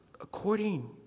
according